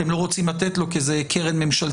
אתם לא רוצים לתת לו כי זאת קרן ממשלתית,